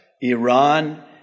Iran